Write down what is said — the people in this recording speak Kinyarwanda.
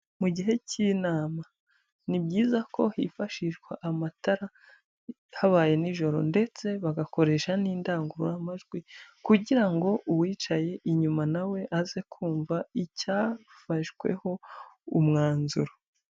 Mu gihe cy'inama ni byiza ko hifashishwa amatara habaye nijoro ndetse bagakoresha n'indangururamajwi, kugira ngo uwicaye inyuma na we aze kumva icyafashweho umwanzuro.